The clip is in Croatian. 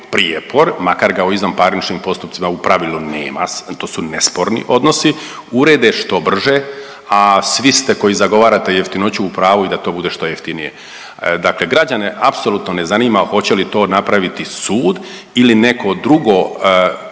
prijepor, makar ga u izvanparničnim postupcima u pravilu nema, to su nesporni odnosi urede što brže, a svi ste koji zagovarate jeftinoću u pravu i da to bude što jeftinije. Dakle, građane apsolutno ne zanima hoće li to napraviti sud ili neko drugo